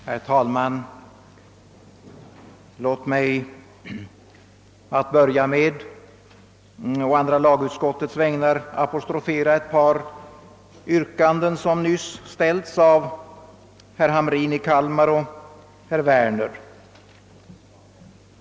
Herr talman! Låt mig till att börja med på andra lagutskottets vägnar få apostrofera ett par yrkanden som nyss har ställts av herr Hamrin i Kalmar och herr Werner.